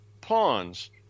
pawns